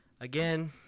again